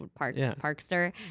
parkster